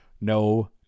No